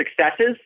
successes